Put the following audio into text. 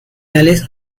malice